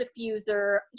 diffuser